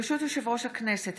ברשות יושב-ראש הכנסת,